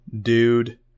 Dude